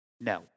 no